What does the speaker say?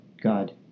god